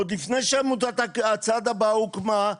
עוד לפני שעמותת "הצעד הבא" הוקמה,